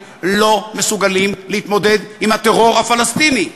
לא מסוגלים להתמודד עם הטרור הפלסטיני,